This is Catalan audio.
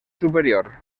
superior